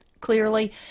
clearly